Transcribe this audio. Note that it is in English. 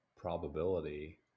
probability